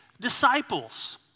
disciples